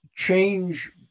change